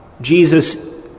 Jesus